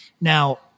Now